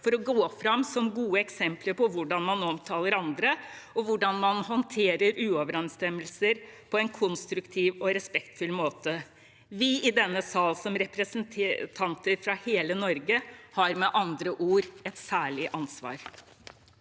for å gå frem som gode eksempler på hvordan man omtaler andre, og hvordan man håndterer uoverensstemmelser på en konstruktiv og respektfull måte.» Vi i denne sal, som representanter fra hele Norge, har med andre ord et særlig ansvar.